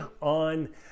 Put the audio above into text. on